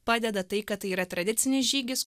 padeda tai kad tai yra tradicinis žygis